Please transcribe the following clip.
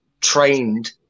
trained